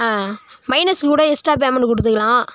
மைனஸ்க்கு கூட extra payment கொடுத்துக்குலாம்